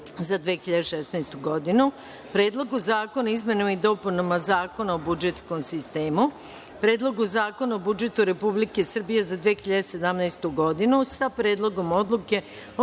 za 2016. godinu, Predlogu Zakona o izmenama i dopunama Zakona o budžetskom sistemu, Predlogu zakona o budžetu Republike Srbije za 2017. godinu sa Predlogom odluke